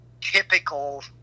typical